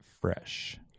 fresh